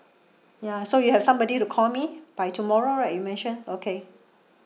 ya so you have somebody to call me by tomorrow right you mention okay